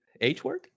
H-word